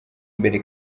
imbere